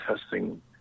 testing